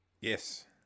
Yes